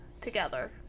together